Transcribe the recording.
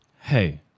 Hey